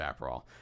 Aperol